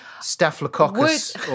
Staphylococcus